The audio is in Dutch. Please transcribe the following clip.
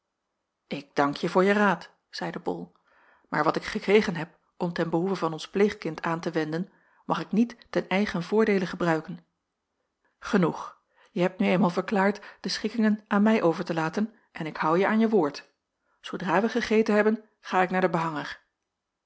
ik dank je voor je raad zeide bol maar wat ik gekregen heb om ten behoeve van ons pleegkind aan te wenden mag ik niet ten eigen voordeele gebruiken genoeg je hebt nu eenmaal verklaard de schikkingen aan mij over te laten en ik hou je aan je woord zoodra wij gegeten hebben ga ik naar den behanger